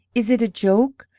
is it a joke?